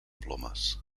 plomes